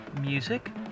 music